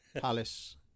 Palace